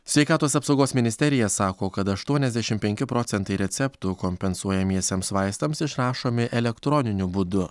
sveikatos apsaugos ministerija sako kad aštuoniasdešimt penki procentai receptų kompensuojamiesiems vaistams išrašomi elektroniniu būdu